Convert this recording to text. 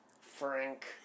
Frank